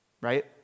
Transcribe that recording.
right